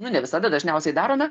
nu ne visada dažniausiai darome